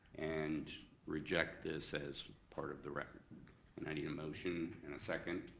and reject this as part of the record? and, i need a motion and a second,